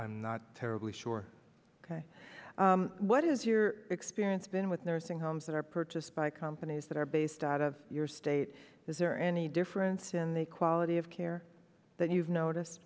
i'm not terribly sure ok what is your experience been with nursing homes that are purchased by companies that are based out of your state is there any difference in the quality of care that you've